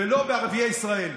ולא בערביי ישראל.